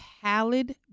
pallid